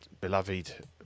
beloved